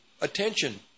attention